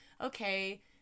okay